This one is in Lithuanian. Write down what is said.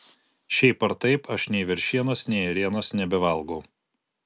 šiaip ar taip aš nei veršienos nei ėrienos nebevalgau